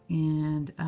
and